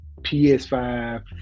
PS5